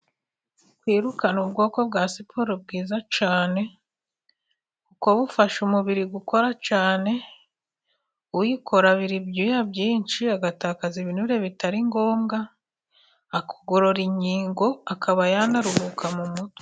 Kwiruka ni ubwoko bwa siporo bwiza cyane, kuko bufasha umubiri gukora cyane, uyikora abira ibyuya byinshi agatakaza ibinure bitari ngombwa, akagorora ingingo akaba yanaruhuka mu mutwe.